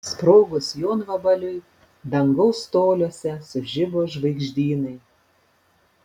sprogus jonvabaliui dangaus toliuose sužibo žvaigždynai